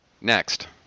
Next